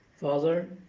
Father